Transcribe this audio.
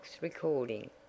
recording